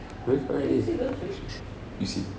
eh where is it you see